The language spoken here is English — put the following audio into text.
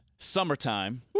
Summertime